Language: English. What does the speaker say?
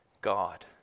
God